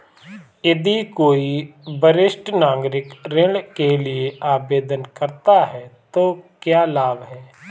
यदि कोई वरिष्ठ नागरिक ऋण के लिए आवेदन करता है तो क्या लाभ हैं?